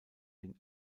den